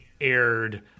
aired